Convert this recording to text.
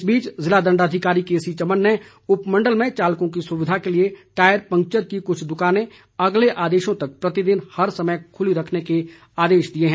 इस बीच ज़िला दंडाधिकारी केसी चमन ने उपमंडल में चालकों की सुविधा के लिए टायर पंक्चर की कुछ दुकाने अगले आदेशों तक प्रतिदिन हर समय खुली रखने के आदेश दिए हैं